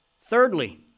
Thirdly